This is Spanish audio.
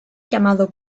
llamado